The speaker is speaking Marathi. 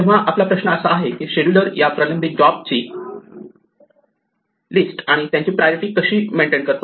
तेव्हा आपला प्रश्न असा आहे की शेड्युलर या प्रलंबित जॉबची लिस्ट आणि त्यांची प्रायोरिटी कशी मेंटेन करतो